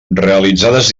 realitzades